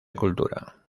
cultura